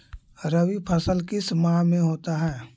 रवि फसल किस माह में होता है?